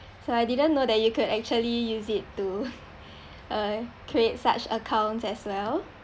so I didn't know that you could actually use it to uh create such accounts as well